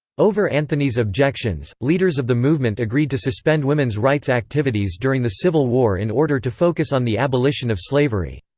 over anthony's objections, leaders of the movement agreed to suspend women's rights activities during the civil war in order to focus on the abolition of slavery.